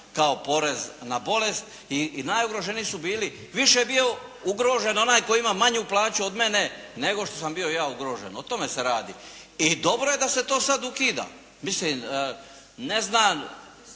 kao porez na bolest i najugroženiji su bili, više je bio ugrožen onaj tko ima manju plaću od mene nego što sam bio ja ugrožen. O tome se radi. i dobro je da se to sada ukida, mislim ne znam